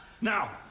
now